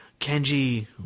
Kenji